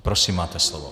Prosím máte slovo.